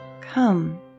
come